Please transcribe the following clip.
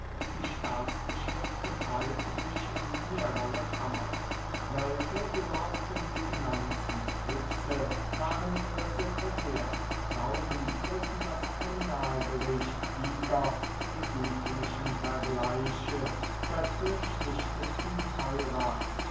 die staatsgeschäfte teilten sich in mehrere kammern wölfe besorgten die finanzen füchse waren ihre sekretäre tauben führten das kriminalgericht tiger die gütlichen vergleiche böcke schlichteten